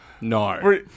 No